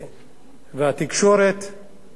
התקשורת חשובה